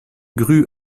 grue